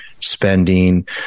spending